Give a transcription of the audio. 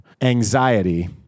anxiety